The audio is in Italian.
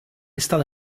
stata